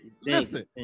Listen